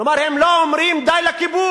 כלומר, הם לא אומרים "די לכיבוש".